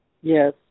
Yes